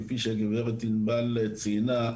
כפי שגב' ענבל ציינה,